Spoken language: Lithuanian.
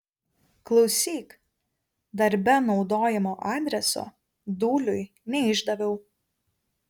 klausyk darbe naudojamo adreso dūliui neišdaviau